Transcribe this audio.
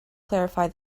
clarify